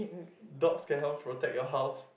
dogs can help protect your house